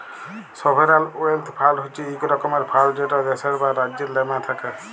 sovereign wealth fund হছে ইক রকমের ফাল্ড যেট দ্যাশের বা রাজ্যের লামে থ্যাকে